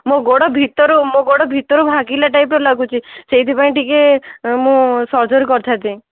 ମୋ ଗୋଡ଼ ଭିତରୁ ମୋ ଗୋଡ଼ ଭିତରୁ ଭାଙ୍ଗିଲା ଟାଇପର ଲାଗୁଛି ସେଇଥିପାଇଁ ଟିକେ ମୁଁ ସର୍ଜରୀ କରିଥାଆନ୍ତି